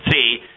see